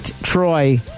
Troy